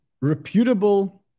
reputable